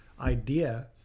idea